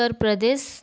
Uttar Pradesh